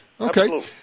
Okay